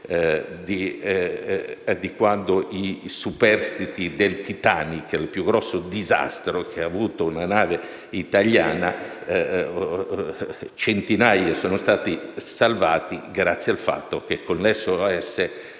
anche i superstiti del Titanic, del più grosso disastro che ha avuto una nave: centinaia sono stati salvati grazie al fatto che, con l'SOS, si